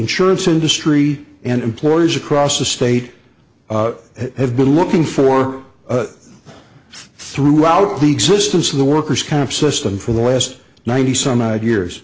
insurance industry and employers across the state have been looking for throughout the existence of the workers kind of system for the last ninety some odd years